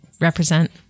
represent